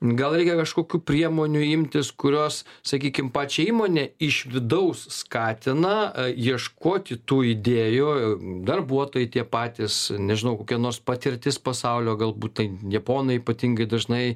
gal reikia kažkokių priemonių imtis kurios sakykim pačią įmonę iš vidaus skatina ieškoti tų idėjų darbuotojai tie patys nežinau kokia nors patirtis pasaulio galbūt tai japonai ypatingai dažnai